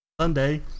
Sunday